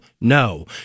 No